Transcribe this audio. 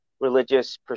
religious